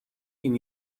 این